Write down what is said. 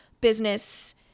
business